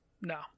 no